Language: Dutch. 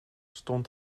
stond